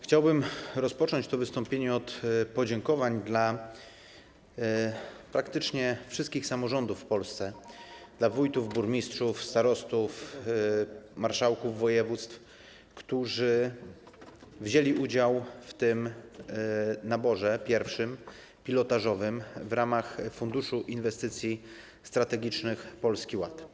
Chciałbym rozpocząć to wystąpienie od podziękowań dla praktycznie wszystkich samorządów w Polsce, dla wójtów, burmistrzów, starostów, marszałków województw, którzy wzięli udział w tym pierwszym, pilotażowym naborze w ramach funduszu inwestycji strategicznych Polski Ład.